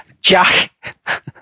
Jack